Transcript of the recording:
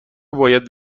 باید